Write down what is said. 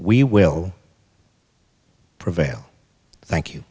we will prevail thank you